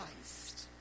Christ